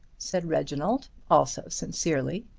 said reginald, also sincerely.